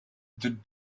the